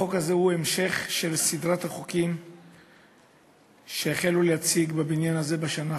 החוק הזה הוא המשך של סדרת החוקים שהחלו להציג בבניין הזה בשנה האחרונה.